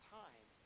time